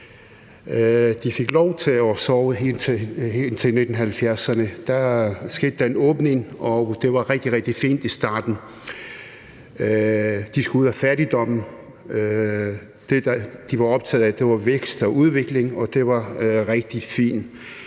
De fik lov til at sove helt til 1970'erne, hvor der skete en åbning, og det var rigtig, rigtig fint i starten. De skulle ud af fattigdommen, og det, de var optaget af, var vækst og udvikling, og det var rigtig fint.